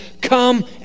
Come